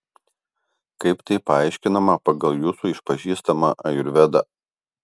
kaip tai paaiškinama pagal jūsų išpažįstamą ajurvedą